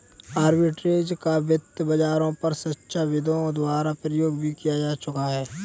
arbitrage का वित्त बाजारों पर शिक्षाविदों द्वारा प्रयोग भी किया जा चुका है